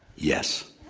yes.